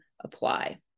apply